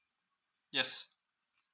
yes